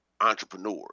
entrepreneurs